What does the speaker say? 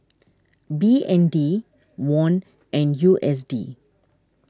B N D Won and U S D